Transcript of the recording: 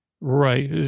Right